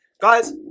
guys